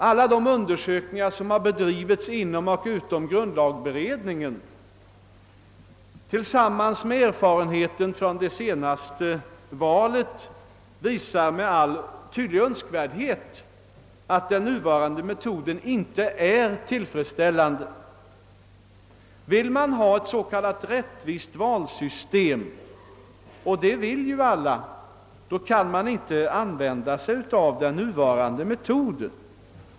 Alla de undersökningar som genomförts inom och utom grundlagsberedningen tillsammans med erfarenheterna från det senaste valet visar med all önskvärd tydlighet, att den nuvarande metoden inte är tillfredsställande. Vill man ha ett s.k. rättvist valsystem — och det vill ju alla — så kan man inte tillämpa den nuvarande metoden.